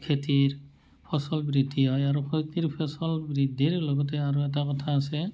খেতিৰ ফচল বৃদ্ধি হয় আৰু খেতিৰ ফচল বৃদ্ধিৰ লগতে আৰু এটা কথা আছে